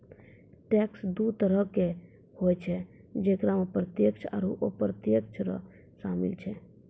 tax दु तरहो के होय छै जेकरा मे प्रत्यक्ष आरू अप्रत्यक्ष कर शामिल छै